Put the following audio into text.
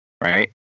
Right